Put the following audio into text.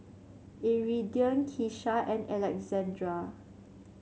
Iridian Kesha and Alexandr